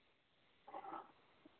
lump sum कुछ price बताएँगे